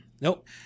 Nope